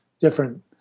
different